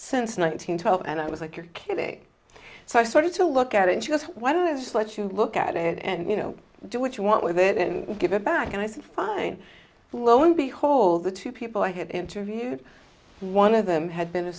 since nine hundred twelve and i was like you're kidding so i started to look at it yes why don't i just let you look at it and you know do what you want with it and give it back and i said fine lo and behold the two people i had interviewed one of them had been a